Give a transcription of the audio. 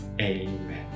Amen